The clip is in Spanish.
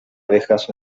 abejas